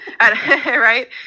right